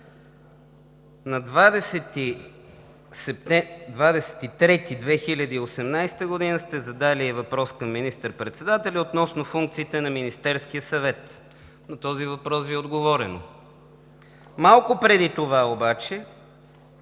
2018 г. сте задали въпрос към министър-председателя относно функциите на Министерския съвет. На този въпрос Ви е отговорено. Малко преди това обаче,